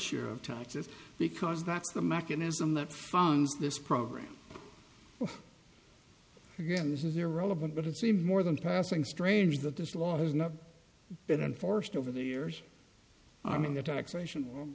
share of taxes because that's the mechanism that funds this program again this is irrelevant but it seemed more than passing strange that this law has not been enforced over the years i mean the taxation o